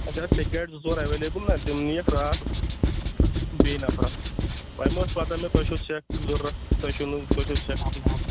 اَسہِ آسہٕ سیٚکہِ گاڑِ زٕ ژور اٮ۪ولیبٕل نا تِم نِیَکھ راتھ بیٚیہِ نَفرَن وۄنۍ ما ٲس پَتہ مےٚ تۄہہِ چھو سیٚکھ ضروٗرَت تۄہہِ چھُنہٕ تۄہہِ چھو سیٚکھ مۄکلیمٕژ